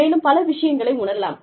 மேலும் பல விஷயங்களை உணரலாம்